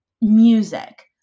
music